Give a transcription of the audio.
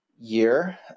year